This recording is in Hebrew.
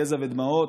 יזע ודמעות,